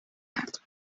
کرد